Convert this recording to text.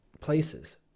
places